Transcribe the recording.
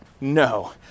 No